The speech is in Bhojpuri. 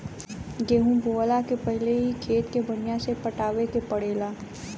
गेंहू बोअला के पहिले ही खेत के बढ़िया से पटावे के पड़ेला